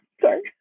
Sorry